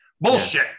Bullshit